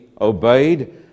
obeyed